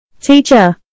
Teacher